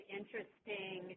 interesting